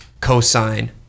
cosine